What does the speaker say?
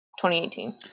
2018